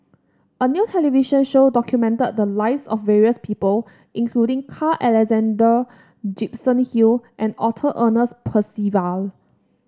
a new television show documented the lives of various people including Carl Alexander Gibson Hill and Arthur Ernest Percival